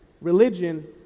Religion